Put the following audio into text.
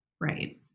Right